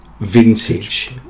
vintage